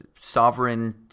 sovereign